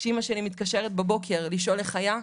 כשאמא שלי מתקשרת בבוקר לשאול איך היה,